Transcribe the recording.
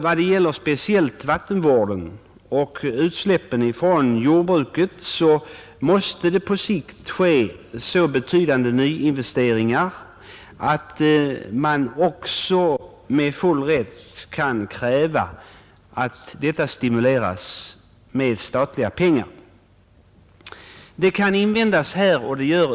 Vad gäller speciellt vattenvården och utsläppen från jordbruket måste det på sikt ske så betydande nyinvesteringar att man också med full rätt kan kräva att dessa stimuleras med statliga pengar.